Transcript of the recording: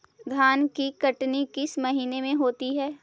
धान की कटनी किस महीने में होती है?